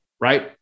right